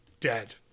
dead